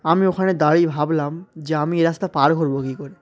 আমি ওখানে দাঁড়িয়ে ভাবলাম যে আমি এ রাস্তা পার করবো কী করে